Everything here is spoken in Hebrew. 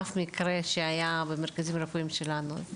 אף מקרה שהיה במרכזים הרפואיים שלנו.